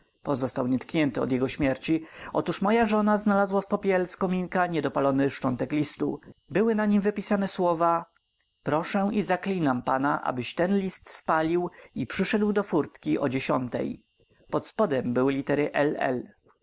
porządkując w gabinecie sir karola pozostał nietknięty od jego śmierci otóż moja żona znalazła w popiele z kominka niedopalony szczątek listu były na nim wypisane słowa proszę i zaklinam pana abyś ten list spalił i przyszedł do furtki o dziesiątej pod spodem były litery